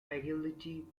agility